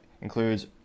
includes